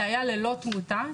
זה היה ללא תמותה,